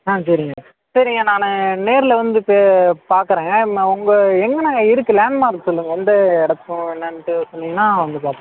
ஆ சரிங்க சரிங்க நான் நேரில் வந்து பே பார்க்குறேங்க ம உங்கள் எங்கேண்ணா இருக்குது லேண்ட் மார்க் சொல்லுங்கள் எந்த இடப்போம் என்னென்ட்டு சொன்னீங்கன்னால் வந்து பார்ப்பேன்